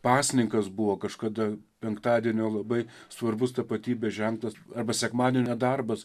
pasninkas buvo kažkada penktadienio labai svarbus tapatybės ženklas arba sekmadienio nedarbas